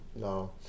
no